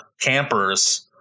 campers